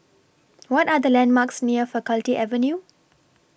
What Are The landmarks near Faculty Avenue